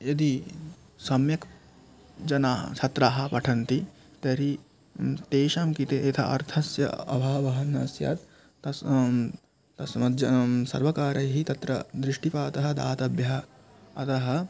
यदि सम्यक् जनाः छात्राः पठन्ति तर्हि तेषां कृते यथा अर्थस्य अभावः न स्यात् तस् तस्मात् सर्वकारैः तत्र दृष्टिपातः दातव्यः अतः